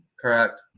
correct